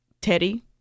Teddy